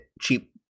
cheap